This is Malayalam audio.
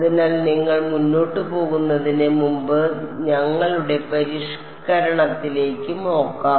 അതിനാൽ നിങ്ങൾ മുന്നോട്ട് പോകുന്നതിന് മുമ്പ് ഞങ്ങളുടെ പരിഷ്ക്കരണത്തിലേക്ക് നോക്കാം